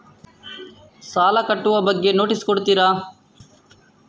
ಸಾಲ ಕಟ್ಟುವ ಬಗ್ಗೆ ನೋಟಿಸ್ ಕೊಡುತ್ತೀರ?